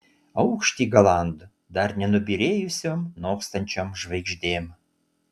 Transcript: aukštį galandu dar nenubyrėjusiom nokstančiom žvaigždėm